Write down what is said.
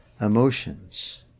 emotions